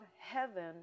heaven